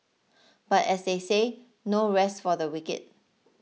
but as they say no rest for the wicked